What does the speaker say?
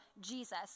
Jesus